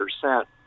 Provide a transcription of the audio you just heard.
percent